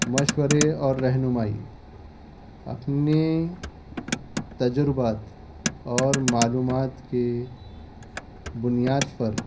مشورے اور رہنمائی اپنے تجربات اور معلومات کے بنیاد پر